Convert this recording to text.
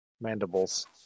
mandibles